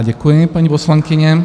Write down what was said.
Děkuji, paní poslankyně.